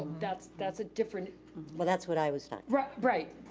that's that's a different well, that's what i was right, right.